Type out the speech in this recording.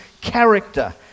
character